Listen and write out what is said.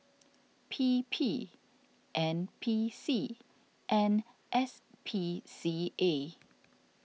P P N P C and S P C A